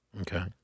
Okay